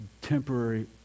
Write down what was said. temporary